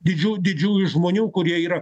didžių didžiųjų žmonių kurie yra